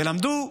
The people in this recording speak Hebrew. תלמדו,